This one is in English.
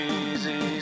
easy